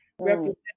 represent